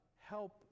help